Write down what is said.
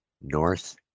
north